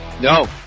no